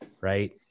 right